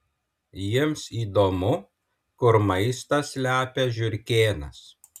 jiems įdomu kur maistą slepia žiurkėnas